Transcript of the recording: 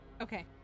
Okay